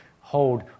hold